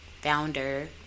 founder